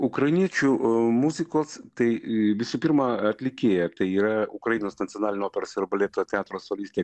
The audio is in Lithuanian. ukrainiečių muzikos tai visų pirma atlikėja tai yra ukrainos nacionalinio operos ir baleto teatro solistė